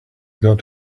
got